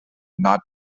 not